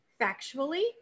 factually